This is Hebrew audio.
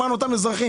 למען אותם אזרחים.